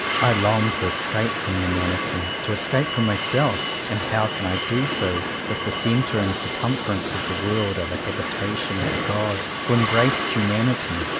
i long to escape from humanity, to escape from myself and how can i do so if the centre and circumference of the world are the habitation of a god who embraced humanity,